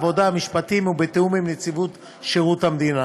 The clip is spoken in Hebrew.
העבודה והמשפטים ובתיאום עם נציבות שירות המדינה,